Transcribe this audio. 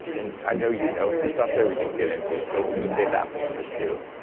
and i know you know some stuff that we didn't get into, so we're going to save that for number two.